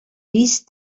pis